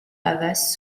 havas